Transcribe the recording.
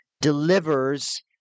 delivers